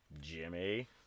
Jimmy